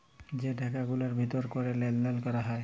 যে টাকা গুলার ভিতর ক্যরে লেলদেল ক্যরা হ্যয়